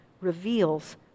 reveals